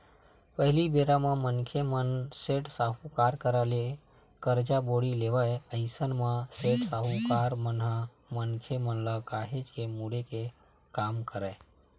पहिली बेरा म मनखे मन सेठ, साहूकार करा ले करजा बोड़ी लेवय अइसन म सेठ, साहूकार मन ह मनखे मन ल काहेच के मुड़े के काम करय